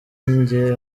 njye